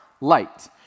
light